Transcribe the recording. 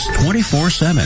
24-7